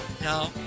no